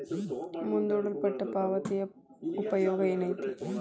ಮುಂದೂಡಲ್ಪಟ್ಟ ಪಾವತಿಯ ಉಪಯೋಗ ಏನೈತಿ